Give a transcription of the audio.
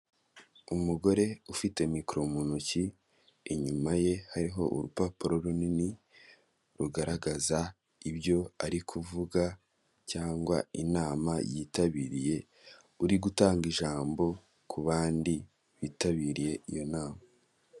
Umugore ufite mikoro mu ntoki, inyuma ye hariho urupapuro runini rugaragaza ibyo ari kuvuga cyangwa inama yitabiriye, uri gutanga ijambo ku bandi bitabiriye iyo nama.